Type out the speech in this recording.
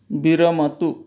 विरमतु